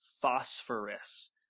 phosphorus